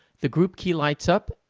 the group key lights up,